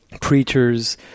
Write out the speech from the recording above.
preachers